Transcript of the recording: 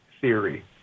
theory